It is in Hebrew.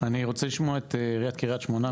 תודה, אני רוצה לשמוע את עיריית קריית שמונה.